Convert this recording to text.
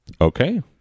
Okay